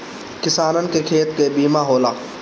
किसानन के खेत के बीमा होला